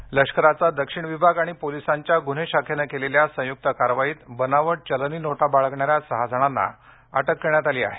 नोटा लष्कराचा दक्षिण विभाग आणि पोलिसांच्या गुन्हे शाखेने केलेल्या संयुक्त कारवाईमध्ये बनावट चलनी नोटा बाळगणाऱ्या सहा जणांना अटक करण्यात आली आहे